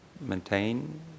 maintain